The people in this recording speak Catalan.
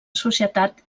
societat